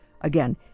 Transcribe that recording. Again